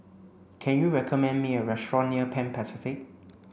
can you recommend me a restaurant near Pan Pacific